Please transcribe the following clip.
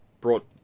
brought